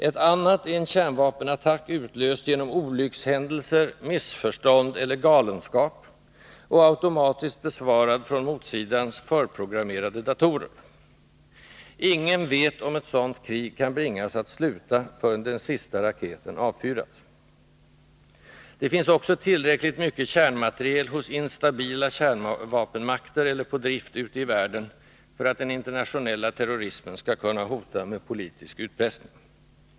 Ett annat är en kärnvapenattack utlöst genom olyckshändelser, missförstånd eller galenskap, och automatiskt besvarad från motsidans förprogrammerade datorer. Ingen vet, om ett sådant krig kan bringas att sluta förrän den sista raketen avfyrats. Det finns också tillräckligt mycket kärnmateriel hos instabila kärnvapenmakter eller på drift ute i världen för att den internationella terrorismen skall kunna hota med politisk utpressning.